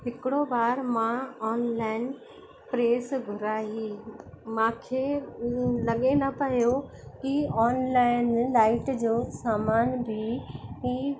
हिकिड़ो बार मां ऑनलाइन प्रेस घुराई मूंखे लगे न पियो की ऑनलाइन लाइट जो सामान बि